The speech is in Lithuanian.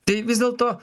tai vis dėlto